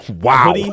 wow